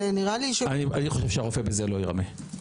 אני חושב שהרופא בזה לא ירמה.